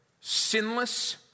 sinless